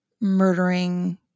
murdering